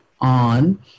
on